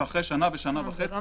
ואחרי שנה ושנה וחצי,